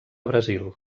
brasil